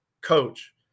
coach